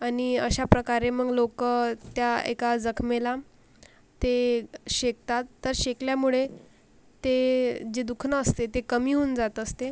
आणि अशाप्रकारे मग लोकं त्या एका जखमेला ते शेकतात तर शेकल्यामुळे ते जे दुखणं असते ते कमी होऊन जात असते